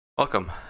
Welcome